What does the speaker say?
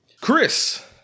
chris